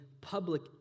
public